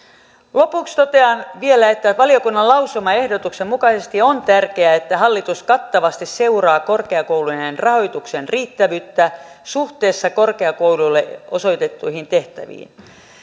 lopuksi totean vielä että valiokunnan lausumaehdotuksen mukaisesti on tärkeää että hallitus kattavasti seuraa korkeakoulujen rahoituksen riittävyyttä suhteessa korkeakouluille osoitettuihin tehtäviin